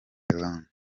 leone